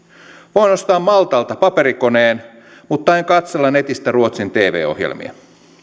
voin ostaa maltalta paperikoneen mutta en katsella netistä ruotsin tv ohjelmia